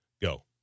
Go